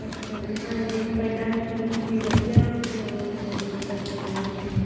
ਅੱਛਾ ਜੀ ਐਂ ਵੀ ਪਹਿਲਾਂ ਵੀ ਸੂਟ ਵੀ ਵਧੀਆ ਉੱਥੇ ਉਹ ਨੇ ਵੀ ਲੱਗੇ ਹੋਏ ਨੇ ਜੀ